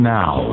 now